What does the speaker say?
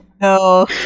No